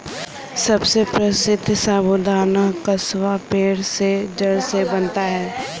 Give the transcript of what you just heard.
सबसे प्रसिद्ध साबूदाना कसावा पेड़ के जड़ से बनता है